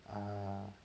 uh